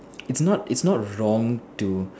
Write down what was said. it's not it's not wrong to